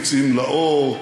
מוציאים לאור,